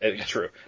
True